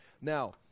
Now